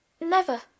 Never